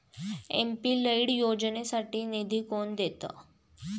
MP LAD योजनेसाठी निधी कोण देतं?